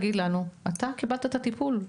שקיבלת את הטיפול,